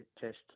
Test